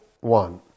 one